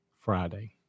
Friday